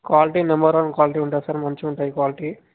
quality number one quality ఉంటుంది sir మంచుగుంటాయి quality